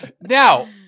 Now